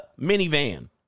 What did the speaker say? minivan